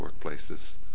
workplaces